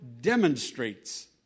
demonstrates